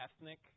ethnic